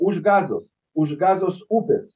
už gazos už gazos upės